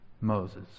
Moses